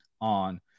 on